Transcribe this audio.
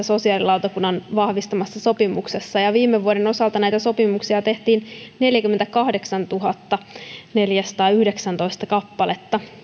sosiaalilautakunnan vahvistamassa sopimuksessa ja viime vuoden osalta näitä sopimuksia tehtiin neljäkymmentäkahdeksantuhattaneljäsataayhdeksäntoista kappaletta